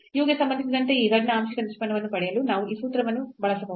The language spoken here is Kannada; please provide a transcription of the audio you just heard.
u ಗೆ ಸಂಬಂಧಿಸಿದಂತೆ ಈ z ನ ಆಂಶಿಕ ನಿಷ್ಪನ್ನವನ್ನು ಪಡೆಯಲು ನಾವು ಈ ಸೂತ್ರವನ್ನು ಬಳಸಬಹುದು